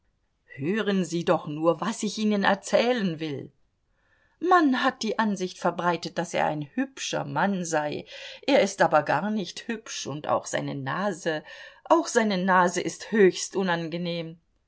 hören sie doch nur was ich ihnen erzählen will man hat die ansicht verbreitet daß er ein hübscher mann sei er ist aber gar nicht hübsch und auch seine nase auch seine nase ist höchst unangenehm